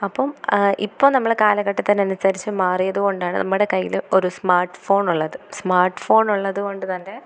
അപ്പം ഇപ്പോൾ നമ്മൾ കാലഘട്ടത്തിനനുസരിച്ച് മാറിയതുകൊണ്ടാണ് നമ്മുടെ കയ്യിൽ ഒരു സ്മാർട്ട് ഫോണുള്ളത് സ്മാർട്ട്ഫോണുളളതുകൊണ്ട് തന്നെ